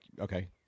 okay